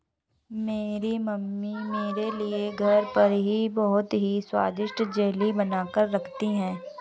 मेरी मम्मी मेरे लिए घर पर ही बहुत ही स्वादिष्ट जेली बनाकर रखती है